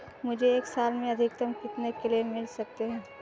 मुझे एक साल में अधिकतम कितने क्लेम मिल सकते हैं?